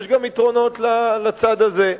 יש גם יתרונות לצעד הזה.